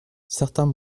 certains